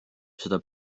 seda